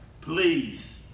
please